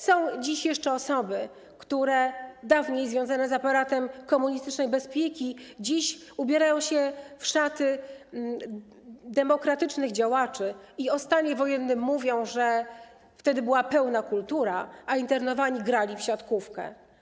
Są dziś jeszcze osoby, które dawniej związane z aparatem komunistycznej bezpieki, dziś ubierają się w szaty demokratycznych działaczy i o stanie wojennym mówią, że wtedy była pełna kultura, a internowani grali w siatkówkę.